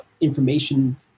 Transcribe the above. information